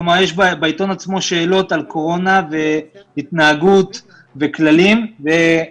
כלומר יש בעיתון עצמו שאלות על קורונה והתנהגות וכללים עם